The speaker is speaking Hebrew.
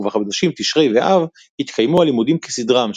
ובחודשים תשרי ואב התקיימו הלימודים כסדרם,